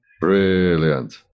Brilliant